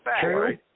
true